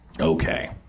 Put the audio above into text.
Okay